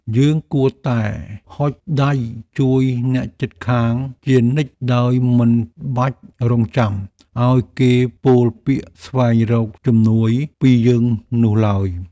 យើងគួរតែហុចដៃជួយអ្នកជិតខាងជានិច្ចដោយមិនបាច់រង់ចាំឱ្យគេពោលពាក្យស្វែងរកជំនួយពីយើងនោះឡើយ។